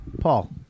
Paul